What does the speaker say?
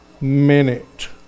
minute